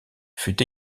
fut